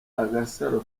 agasaro